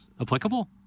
Applicable